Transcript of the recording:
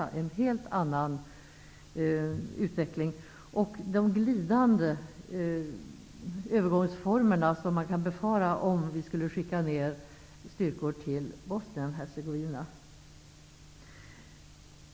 Det är en helt annan utveckling, med de glidande övergångsformer som man kan befara, om vi skulle skicka styrkor till Bosnien-Hercegovina.